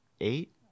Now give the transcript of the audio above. eight